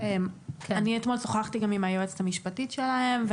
אני אתמול שוחחתי גם עם היועצת המשפטית שלהם,